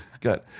Good